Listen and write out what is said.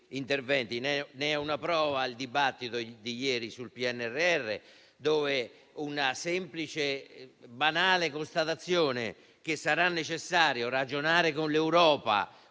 Ne è una prova il dibattito di ieri sul PNRR, basato su una semplice e banale constatazione, secondo cui sarà necessario ragionare con l'Europa,